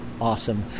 awesome